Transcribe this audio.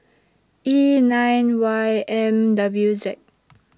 E nine Y M W Z